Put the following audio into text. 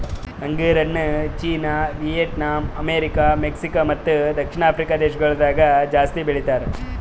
ಅಂಗುರ್ ಹಣ್ಣು China, Vietnam, America, Mexico ಮತ್ತ ದಕ್ಷಿಣ ಆಫ್ರಿಕಾ ದೇಶಗೊಳ್ದಾಗ್ ಜಾಸ್ತಿ ಬೆಳಿತಾರ್